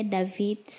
David